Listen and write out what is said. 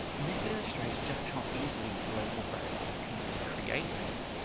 and this illustrates just how easily global variables can be created.